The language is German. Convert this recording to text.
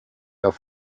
auf